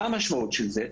המשמעות של זה,